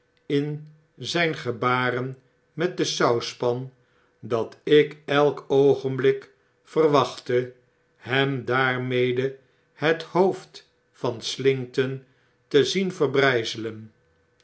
in zyn gebaren met de sauspan dat ik elk oogenblik verwachtte hem daarmede het hoofd van slinkton te zien